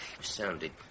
sounded